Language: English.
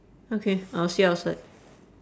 okay I'll see you outside